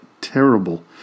terrible